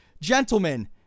gentlemen